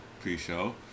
pre-show